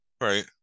Right